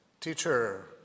Teacher